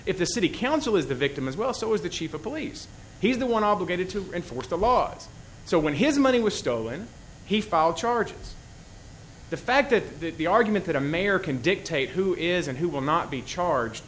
if the city council is the victim as well so as the chief of police he's the one obligated to enforce the laws so when his money was stolen he filed charges the fact that the argument that a mayor can dictate who is and who will not be charged